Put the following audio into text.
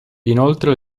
inoltre